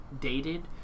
dated